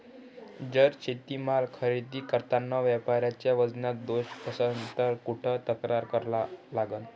जर शेतीमाल खरेदी करतांनी व्यापाऱ्याच्या वजनात दोष असन त कुठ तक्रार करा लागन?